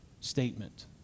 statement